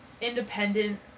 independent